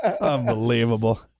Unbelievable